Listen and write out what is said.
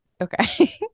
Okay